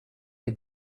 est